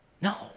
No